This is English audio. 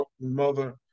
mother